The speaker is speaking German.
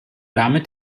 damit